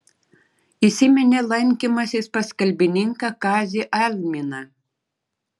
įsiminė lankymasis pas kalbininką kazį alminą